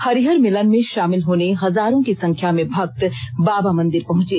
हरिहर मिलन में शामिल होने हजारों की संख्या में भक्त बाबा मंदिर पहुंचे